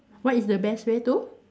what is the best way to